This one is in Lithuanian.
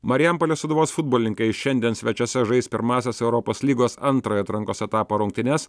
marijampolės sūduvos futbolininkai šiandien svečiuose žais pirmąsias europos lygos antrojo atrankos etapo rungtynes